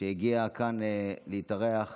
שהגיעה להתארח